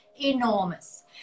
enormous